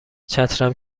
چترم